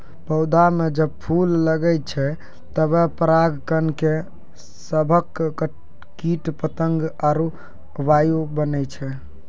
पौधा म जब फूल लगै छै तबे पराग कण के सभक कीट पतंग आरु वायु बनै छै